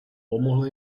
pomohl